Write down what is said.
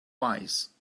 wise